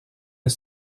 est